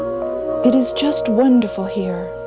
it is just wonderful here,